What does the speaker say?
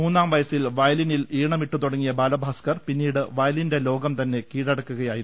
മൂന്നാം വയസ്സിൽ വയലിനിൽ ഈണമിട്ടു തുടങ്ങിയ ബാലഭാസ് കർ പിന്നീട് വയലിനിന്റെ ലോകം തന്നെ കീഴടക്കുകയായിരുന്നു